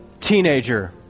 teenager